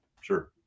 Sure